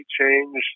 change